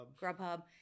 Grubhub